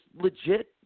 legit